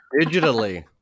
Digitally